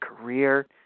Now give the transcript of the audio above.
career